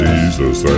Jesus